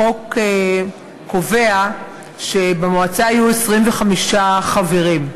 החוק קובע שבמועצה יהיו 25 חברים,